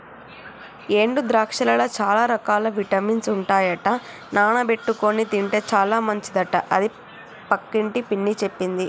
ఎండు ద్రాక్షలల్ల చాల రకాల విటమిన్స్ ఉంటాయట నానబెట్టుకొని తింటే చాల మంచిదట అని పక్కింటి పిన్ని చెప్పింది